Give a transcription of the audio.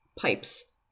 pipes